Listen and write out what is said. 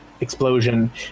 Explosion